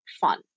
fun